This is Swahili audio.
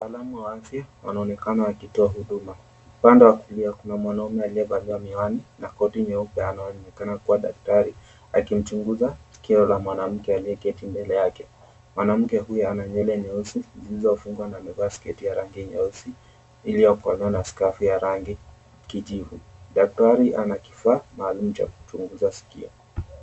Wataalamu wa afya wanaonekana wakitoa huduma. Upande wa kulia kuna mwanaume aliyevalia miwani na koti nyeupe anayeonekana kuwa daktari akimchunguza sikio la mwanamke aliyeketi mbele yake. Mwanamke huyo ana nywele nyeusi zilizofungwa na amevaa sketi ya rangi nyeusi iliyokolea na skafu ya rangi kijivu. Daktari ana kifaa maalum cha kumchunguza sikio.